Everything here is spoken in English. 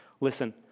Listen